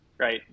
Right